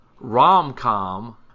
rom-com